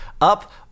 up